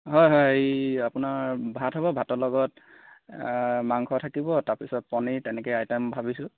হয় হয় এই আপোনাৰ ভাত হ'ব ভাতৰ লগত মাংস থাকিব তাৰপিছত পনীৰ তেনেকৈ আইটেম ভাবিছোঁ